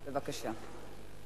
בבקשה.